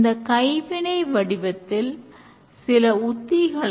இது ஸ்கரம் மாடலின் ஒரு புதிர்